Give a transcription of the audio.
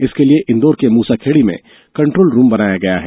इसके लिए इंदौर के मूसाखेड़ी में कंट्रोल रूम बनाया गया है